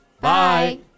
Bye